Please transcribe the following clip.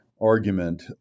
argument